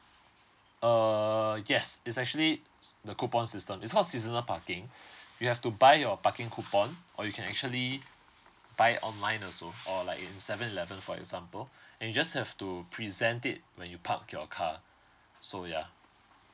uh yes is actually the coupon system it's not seasonal parking you have to buy your parking coupon or you can actually buy online also or like in seven eleven for example and you just have to present it when you park your car so yeah